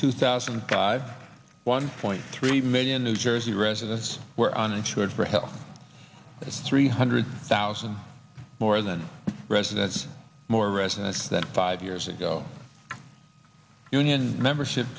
two thousand and five one point three million new jersey residents were uninsured for health but three hundred thousand more than residence more resonance than five years ago union membership